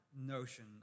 notion